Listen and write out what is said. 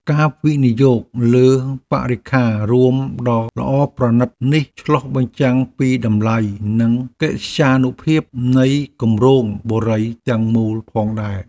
ការវិនិយោគលើបរិក្ខាររួមដ៏ល្អប្រណីតនេះឆ្លុះបញ្ចាំងពីតម្លៃនិងកិត្យានុភាពនៃគម្រោងបុរីទាំងមូលផងដែរ។